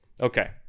Okay